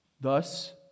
Thus